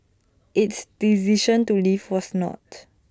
its decision to leave was not